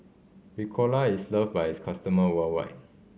Ricola is loved by its customer worldwide